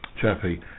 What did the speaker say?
chappy